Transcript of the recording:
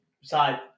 side